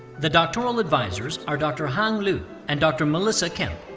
the doctoral advisors are dr. hang lu and dr. melissa kemp.